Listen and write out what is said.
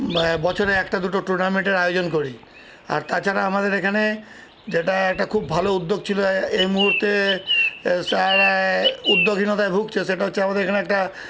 বছরে একটা দুটো টুর্নামেন্টের আয়োজন করি আর তাছাড়া আমাদের এখানে যেটা একটা খুব ভালো উদ্যোগ ছিল এই মুহুর্তে তারা উদ্যোগহীনতায় ভুগছে সেটা হচ্ছে আমাদের এখানে একটা